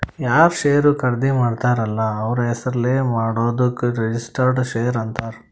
ಯಾರ್ ಶೇರ್ ಖರ್ದಿ ಮಾಡ್ತಾರ ಅಲ್ಲ ಅವ್ರ ಹೆಸುರ್ಲೇ ಮಾಡಾದುಕ್ ರಿಜಿಸ್ಟರ್ಡ್ ಶೇರ್ ಅಂತಾರ್